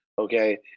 okay